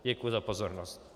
Děkuji za pozornost.